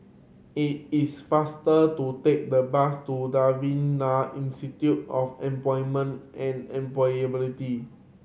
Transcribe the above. it is faster to take the bus to Devan Nair Institute of Employment and Employability